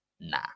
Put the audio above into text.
Nah